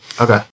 Okay